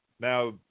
Now